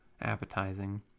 appetizing